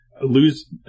lose